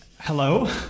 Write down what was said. Hello